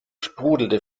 sprudelte